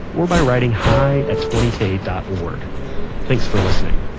or by writing hi at twenty k dot org thanks for listening